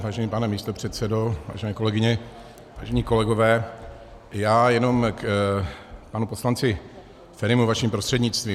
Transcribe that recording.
Vážený pane místopředsedo, vážené kolegyně, vážení kolegové, já jenom k panu poslanci Ferimu vaším prostřednictvím.